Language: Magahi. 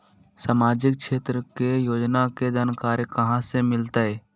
सामाजिक क्षेत्र के योजना के जानकारी कहाँ से मिलतै?